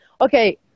okay